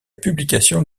publication